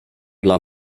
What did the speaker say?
dla